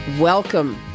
welcome